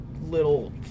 little